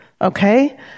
Okay